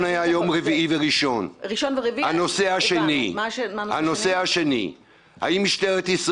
ישי הדס, אם אתה יכול לא בצורה של שאלות